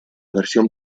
versión